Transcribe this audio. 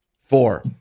Four